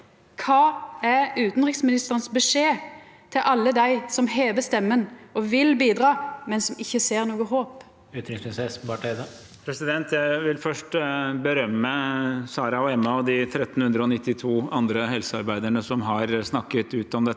Kva er utanriksministerens beskjed til alle dei som hever stemma og vil bidra, men som ikkje ser noko håp? Utenriksminister Espen Barth Eide Jeg vil først berømme Sara og Emma og de 1 392 andre helsearbeiderne som har snakket ut om dette.